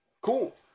Cool